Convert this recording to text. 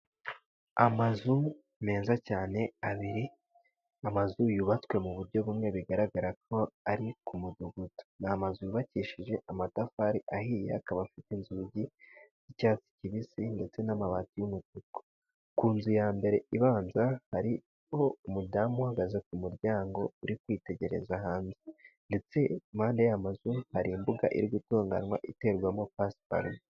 Amazu meza cyane abiri, amazu yubatswe mu buryo bumwe bigaragara ko ari ku mudugudu, ni amazu yubakishije amatafari ahiye akaba afite inzugi z'icyatsi kibisi ndetse n'amabati y'umutuku, ku nzu ya mbere ibanza hariho umudamu uhagaze ku muryango uri kwitegereza hanze, ndetse iruhande rw'amazu hari imbuga iri gutunganywa iterwamo pasiparumu.